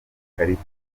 ikarita